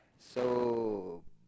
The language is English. so